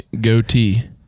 goatee